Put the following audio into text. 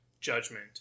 judgment